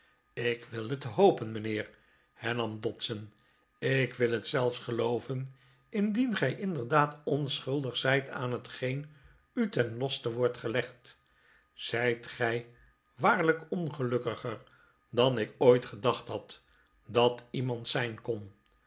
ik wil hei hopen mijnheer hernam dodson ik wil het zelfs gelooven indien gij inderdaad onschuldig zijt aan hetgeen u ten laste wordt gelegd zijt gij waarlijk ongelukkiger dan ik ooit gedacht had dat iemand zijn kon